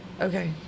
Okay